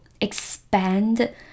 expand